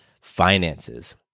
finances